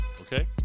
okay